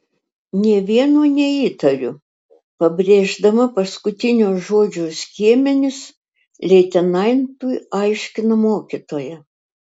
nė vieno neįtariu pabrėždama paskutinio žodžio skiemenis leitenantui aiškina mokytoja